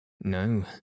No